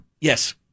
Yes